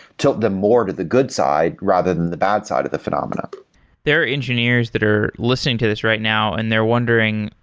tilt them more to the good side, rather than the bad side of the phenomena there are engineers that are listening to this right now and they're wondering,